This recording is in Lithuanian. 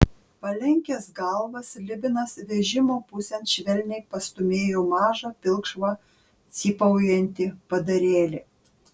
palenkęs galvą slibinas vežimo pusėn švelniai pastūmėjo mažą pilkšvą cypaujantį padarėlį